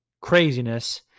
Craziness